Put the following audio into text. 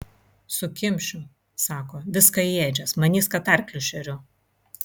sukimšiu sako viską į ėdžias manys kad arklius šeriu